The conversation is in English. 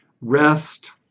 rest